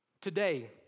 Today